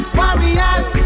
warriors